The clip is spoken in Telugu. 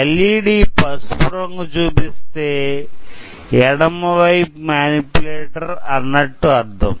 ఎల్ఇ డి పసుపు రంగు చూపిస్తే ఎడమ వైపు మానిప్యులేటర్ అన్నట్టు అర్ధం